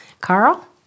Carl